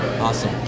awesome